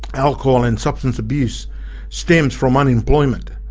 alcohol and substance abuse stems from unemployment,